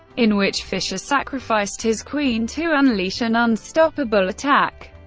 in which fischer sacrificed his queen to unleash an unstoppable attack.